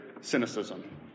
cynicism